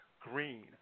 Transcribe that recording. Green